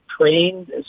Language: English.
trained